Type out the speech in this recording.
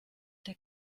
der